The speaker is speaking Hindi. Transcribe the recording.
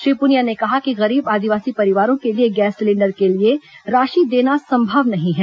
श्री पुनिया ने कहा कि गरीब आदिवासी परिवारों के लिए गैस सिलेंडर के लिए राशि देना संभव नहीं है